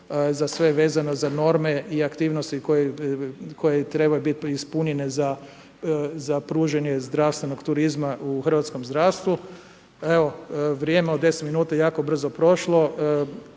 za sve vezano za norme i aktivnosti koje trebaju biti ispunjene za pružanje zdravstvenog turizma u hrvatskom zdravstvu. Evo, vrijeme od 10 minuta jako je brzo prošlo,